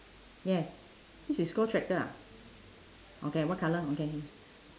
yes this is call tractor ah okay what colour okay